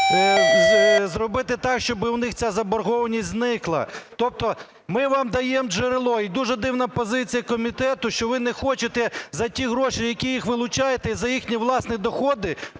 зробити так, щоб у них ця заборгованість зникла, тобто ми вам даємо джерело. І дуже дивна позиція комітету, що ви не хочете за ті гроші, які вилучаєте, за їхні власні доходи